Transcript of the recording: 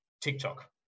TikTok